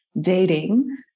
dating